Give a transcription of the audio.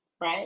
right